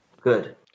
Good